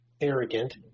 arrogant